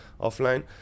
offline